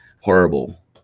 horrible